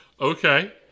Okay